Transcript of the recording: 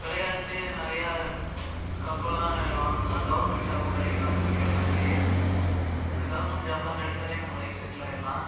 விளையாண்டு நிறையா கப்பெல்லாம் வாங்கணும்னா கவர்மெண்ட் ஜாபும் கிடைக்கும் அந்த சர்டிஃபிக்கேட்டே வச்சு இந்த கவர்மெண்ட் ஜாப்புலாம் கிடைச்சாலே நம்ம லைஃப் செட்டில் ஆகிட்லாம்